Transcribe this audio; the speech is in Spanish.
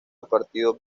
partido